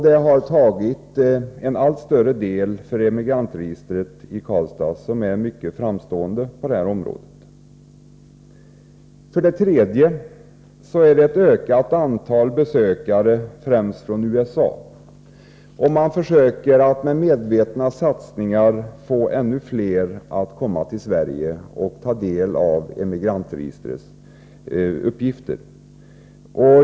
Detta har tagit i anspråk en allt större del av tid och resurser för Emigrantregistret i Karlstad, som är mycket framstående på detta område. 3. Ett ökat antal besökare, främst från USA. Man försöker med medvetna satsningar att få ännu fler att komma till Sverige och ta del av Emigrantregistrets uppgifter.